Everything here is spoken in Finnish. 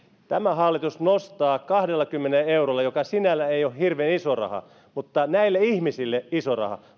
tämä hallitus nostaa kahdellakymmenellä eurolla joka sinällään ei ole hirveän iso raha mutta näille ihmisille iso raha